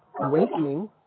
awakening